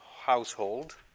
household